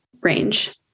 range